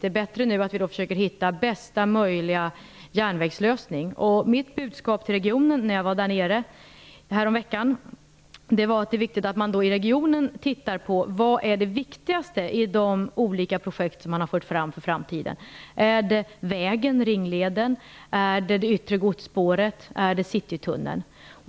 Det är bättre att vi försöker hitta bästa möjliga järnvägslösning. Mitt budskap till regionen när jag var där nere häromveckan var att det är viktigt att man i regionen tittar på vad som är viktigast i de olika projekt för framtiden som man har fört fram. Är det vägen, ringleden, är det yttre godsspåret eller är det citytunneln?